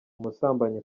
umusambanyi